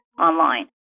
online